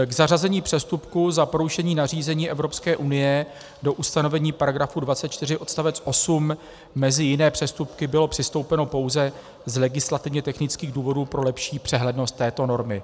K zařazení přestupku za porušení nařízení Evropské unie do ustanovení § 24 odst. 8 mezi jiné přestupky bylo přistoupeno pouze z legislativně technických důvodů pro lepší přehlednost této normy.